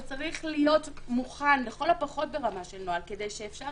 שצריך להיות מוכן לכל הפחות ברמה של נוהל כדי שאפשר